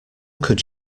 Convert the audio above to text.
could